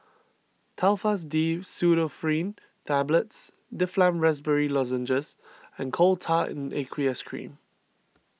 Telfast D Pseudoephrine Tablets Difflam Raspberry Lozenges and Coal Tar in Aqueous Cream